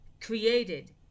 created